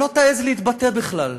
הייתה: שלא תעז להתבטא בכלל,